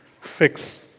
fix